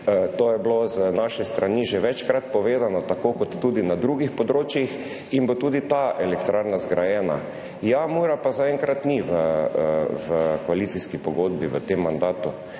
to je bilo z naše strani že večkrat povedano, tako kot tudi na drugih področjih, in bo tudi ta elektrarna zgrajena. Ja, Mura pa zaenkrat ni v koalicijski pogodbi v tem mandatu,